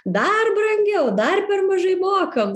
dar brangiau dar per mažai mokam